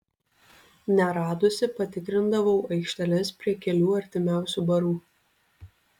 neradusi patikrindavau aikšteles prie kelių artimiausių barų